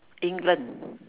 england